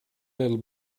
little